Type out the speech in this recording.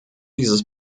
dieses